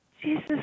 Jesus